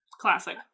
Classic